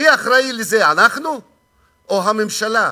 מי אחראי לזה, אנחנו או הממשלה?